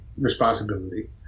responsibility